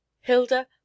Hilda